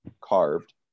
carved